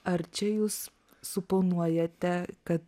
ar čia jūs suponuojate kad